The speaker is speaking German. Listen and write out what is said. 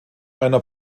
einer